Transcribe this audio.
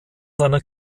seiner